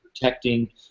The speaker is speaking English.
protecting